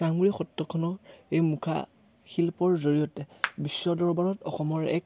চামগুৰি সত্ৰখনৰ এই মুখা শিল্পৰ জৰিয়তে বিশ্ব দৰবাৰত অসমৰ এক